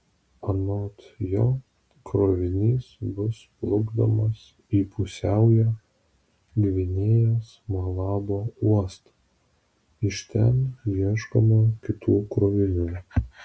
anot jo krovinys bus plukdomas į pusiaujo gvinėjos malabo uostą iš ten ieškoma kitų krovinių